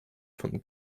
von